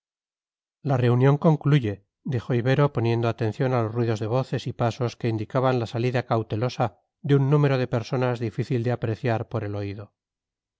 la reunión concluye dijo ibero poniendo atención a los ruidos de voces y pasos que indicaban la salida cautelosa de un número de personas difícil de apreciar por el oído